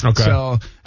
Okay